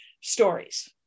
stories